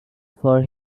for